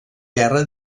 guerra